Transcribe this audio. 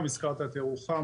הזכרת את ירוחם,